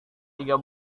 tiga